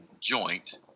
joint